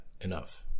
enough